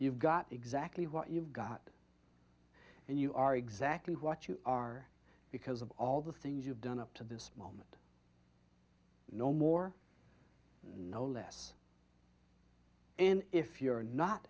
you've got exactly what you've got and you are exactly what you are because of all the things you've done up to this moment no more no less and if you're not